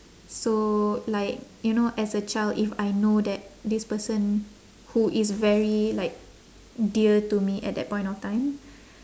so like you know as a child if I know that this person who is very like dear to me at that point of time